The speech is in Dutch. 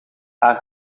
haar